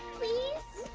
please?